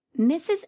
mrs